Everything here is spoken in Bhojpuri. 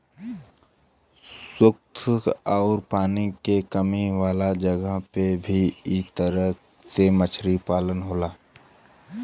शुष्क आउर पानी के कमी वाला जगह पे भी इ तरह से मछली पालन होला